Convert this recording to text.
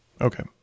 Okay